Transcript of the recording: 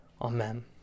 Amen